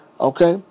Okay